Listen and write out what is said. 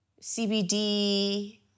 CBD